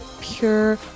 pure